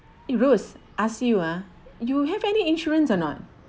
eh rose ask you ah you have any insurance or not